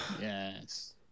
Yes